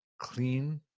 clean